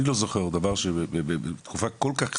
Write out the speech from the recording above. אני לא זוכר מקרה שבתקופה כל כך קצרה,